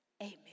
Amen